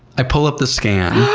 i pull up the scan,